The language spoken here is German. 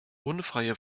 unfreie